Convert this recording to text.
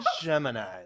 gemini